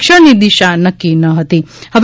ષણની દિશા નક્કી ન હતી હવે